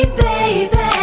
baby